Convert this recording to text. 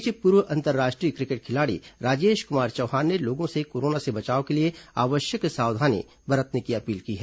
इस बीच पूर्व अंतर्राष्ट्रीय क्रिकेट खिलाड़ी राजेश कुमार चौहान ने लोगों से कोरोना से बचाव के लिए आवश्यक सावधानी बरतने की अपील की है